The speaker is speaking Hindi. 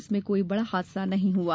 इसमें कोई बड़ा हादसा नहीं हुआ